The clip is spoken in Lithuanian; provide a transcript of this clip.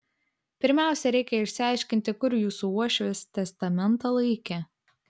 pirmiausia reikia išsiaiškinti kur jūsų uošvis testamentą laikė